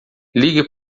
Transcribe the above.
ligue